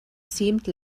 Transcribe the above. seemed